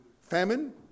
famine